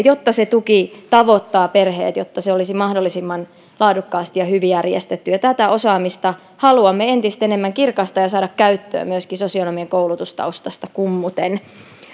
jotta se tuki tavoittaa perheet jotta se olisi mahdollisimman laadukkaasti ja hyvin järjestettyä ja tätä osaamista haluamme entistä enemmän kirkastaa ja saada käyttöön myöskin sosionomien koulutustaustasta kummuten varhaiskasvatusoikeuteen